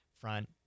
front